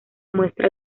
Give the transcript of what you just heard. muestra